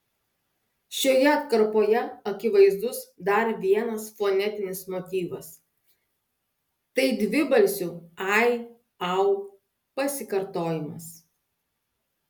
šioje atkarpoje akivaizdus dar vienas fonetinis motyvas tai dvibalsių ai au pasikartojimas